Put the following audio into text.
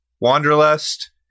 wanderlust